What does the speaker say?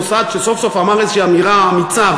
מוסד שסוף-סוף אמר איזושהי אמירה אמיצה,